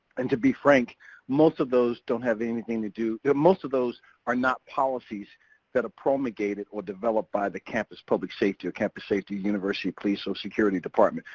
and to be frank most of those don't have anything to do, yeah most of those are not policies that are promulgated, or developed by the campus public safety, or campus safety university police, or security department.